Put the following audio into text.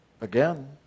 Again